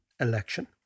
election